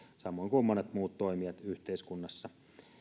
samoin kuin monet muut toimijat yhteiskunnassa